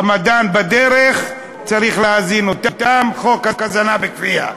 רמדאן בדרך, צריך להזין אותם, חוק הזנה בכפייה,